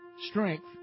strength